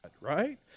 right